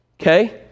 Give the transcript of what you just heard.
okay